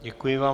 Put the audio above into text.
Děkuji vám.